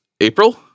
April